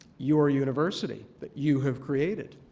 your university that you have created.